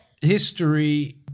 history